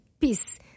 peace